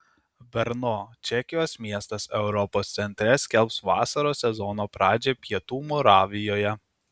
brno čekijos miestas europos centre skelbs vasaros sezono pradžią pietų moravijoje